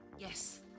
Yes